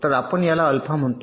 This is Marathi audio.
तर आपण याला अल्फा म्हणतो